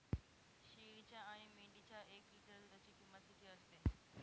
शेळीच्या आणि मेंढीच्या एक लिटर दूधाची किंमत किती असते?